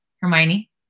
Hermione